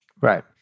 Right